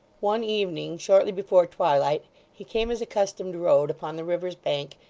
one evening, shortly before twilight, he came his accustomed road upon the river's bank,